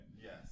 Yes